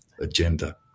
agenda